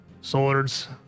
swords